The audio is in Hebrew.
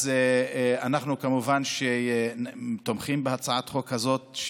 אנחנו כמובן תומכים בהצעת החוק הזאת,